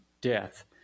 death